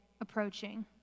approaching